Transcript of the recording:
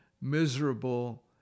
miserable